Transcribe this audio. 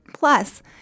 Plus